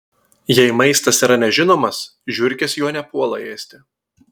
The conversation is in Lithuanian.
jei maistas yra nežinomas žiurkės jo nepuola ėsti